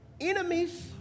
Enemies